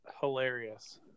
hilarious